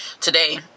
today